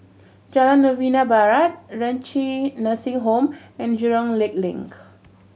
Jalan Novena Barat Renci Nursing Home and Jurong Lake Link